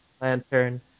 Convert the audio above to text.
lantern